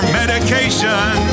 medication